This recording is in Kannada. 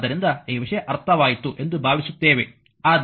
ಆದ್ದರಿಂದ ಈ ವಿಷಯ ಅರ್ಥವಾಯಿತು ಎಂದು ಭಾವಿಸುತ್ತೇವೆ